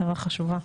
הערה חשובה.